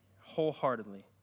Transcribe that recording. wholeheartedly